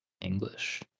English